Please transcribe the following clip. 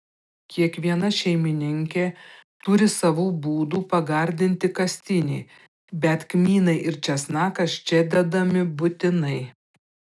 kiekviena šeimininkė turi savų būdų pagardinti kastinį bet kmynai ir česnakas čia dedami būtinai